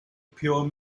pure